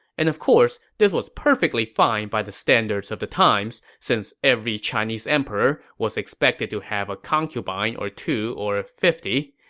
and of course, this was perfectly fine by the standards of the times, since every chinese emperor was expected to have a concubine or two or ah fifty.